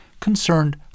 concerned